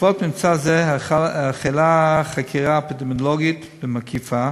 בעקבות ממצא זה החלה חקירה אפידמיולוגית מקיפה,